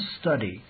study